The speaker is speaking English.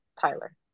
Tyler